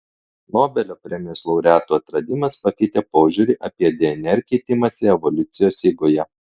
nobelio premijos laureatų atradimas pakeitė požiūrį apie dnr keitimąsi evoliucijos eigoje